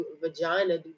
vagina